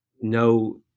no